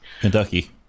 Kentucky